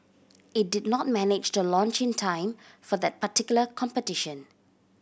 it did not manage to launch in time for that particular competition